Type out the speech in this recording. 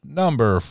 number